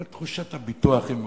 אבל תחושת הביטוח מאוסה,